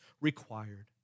required